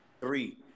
three